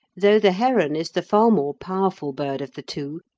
though the heron is the far more powerful bird of the two,